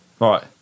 right